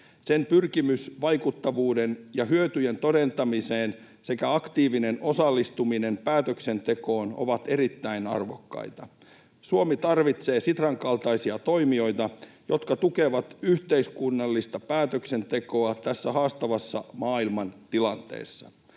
Sen pyrkimys vaikuttavuuden ja hyötyjen todentamiseen sekä aktiivinen osallistuminen päätöksentekoon ovat erittäin arvokkaita. Suomi tarvitsee Sitran kaltaisia toimijoita, jotka tukevat yhteiskunnallista päätöksentekoa tässä haastavassa maailmantilanteessa.